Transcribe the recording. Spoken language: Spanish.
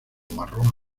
marrón